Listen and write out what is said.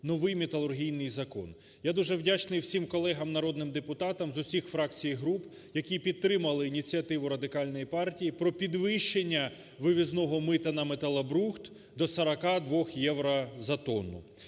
Новий металургійний закон. Я дуже вдячний всім колегам народним депутатам з усіх фракцій і груп, які підтримали ініціативу Радикальної партії про підвищення вивізного мита на металобрухт до 42 євро за тонну.